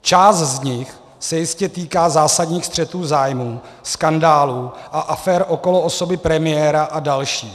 Část z nich se jistě týká zásadních střetů zájmů, skandálů a afér okolo osoby premiéra a dalších.